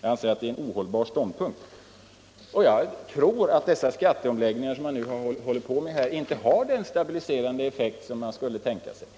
Jag anser att det ären ohållbar ståndpunkt. Jag tror att de skatteomläggningar som man nu håller på med inte har den stabiliserande effekt som man skulle tänka sig.